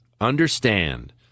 Understand